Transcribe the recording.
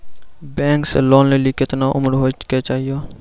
Bank से loan लेली केतना उम्र होय केचाही?